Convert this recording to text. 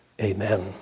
Amen